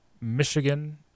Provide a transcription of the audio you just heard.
Michigan